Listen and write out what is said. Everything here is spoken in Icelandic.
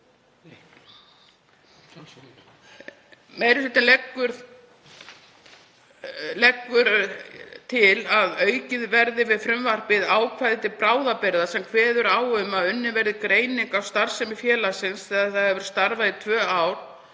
Meiri hlutinn leggur til að aukið verði við frumvarpið ákvæði til bráðabirgða sem kveður á um að unnin verði greining á starfsemi félagsins þegar það hefur starfað í tvö ár